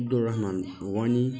Abdul Rahman Wani